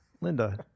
Linda